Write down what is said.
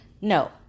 No